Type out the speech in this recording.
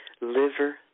liver